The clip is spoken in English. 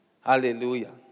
Hallelujah